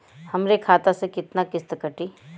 हमरे खाता से कितना किस्त कटी?